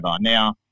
Now